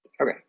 Okay